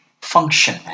function